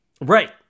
Right